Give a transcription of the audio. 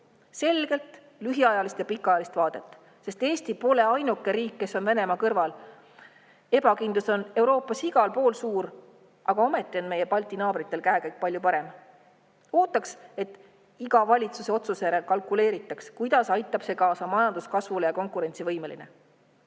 selget lühiajalist ja pikaajalist vaadet. Eesti pole ainuke riik, kes on Venemaa kõrval. Ebakindlus on Euroopas igal pool suur, aga ometi on meie Balti naabrite käekäik palju parem. Me ootame, et iga valitsuse otsuse järel kalkuleeritakse, kuidas aitab see kaasa majanduskasvule ja konkurentsivõimele.